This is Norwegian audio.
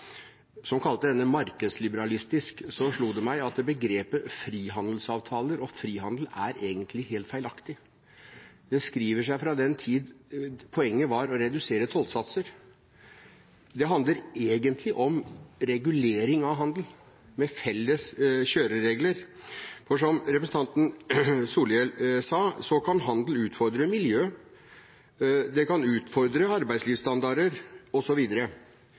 som kalte meldingen markedsliberalistisk, slo det meg at begrepene «frihandelsavtaler» og «frihandel» egentlig er helt feilaktige. De skriver seg fra den tid poenget var å redusere tollsatser. Det handler egentlig om regulering av handel, med felles kjøreregler, for – som representanten Solhjell sa – slik kan handel utfordre miljøet, det kan utfordre arbeidslivsstandarder